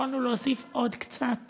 יכולנו להוסיף עוד קצת